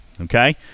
Okay